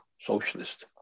socialist